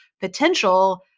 potential